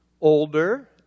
older